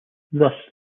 thus